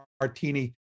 martini